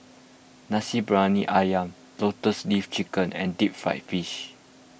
Nasi Briyani Ayam Lotus Leaf Chicken and Deep Fried Fish